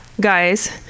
guys